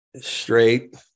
straight